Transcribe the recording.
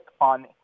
on